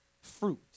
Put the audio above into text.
fruit